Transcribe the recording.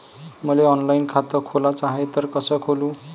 मले ऑनलाईन खातं खोलाचं हाय तर कस खोलू?